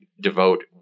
devote